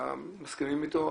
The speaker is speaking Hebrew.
אלא מסכימים איתו.